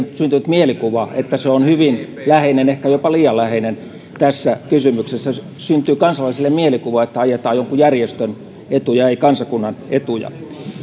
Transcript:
on syntynyt mielikuva että se on hyvin läheinen ehkä jopa liian läheinen tässä kysymyksessä syntyy kansalaisille mielikuva että ajetaan jonkun järjestön etuja ei kansakunnan etuja